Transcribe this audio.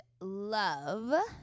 love